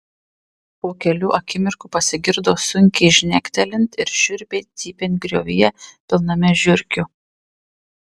po kelių akimirkų pasigirdo sunkiai žnektelint ir šiurpiai cypiant griovyje pilname žiurkių